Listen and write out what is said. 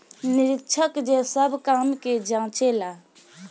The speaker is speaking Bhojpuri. निरीक्षक जे सब काम के जांचे ला